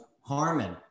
Harmon